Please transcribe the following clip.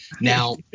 Now